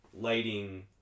lighting